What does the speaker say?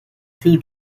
two